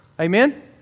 Amen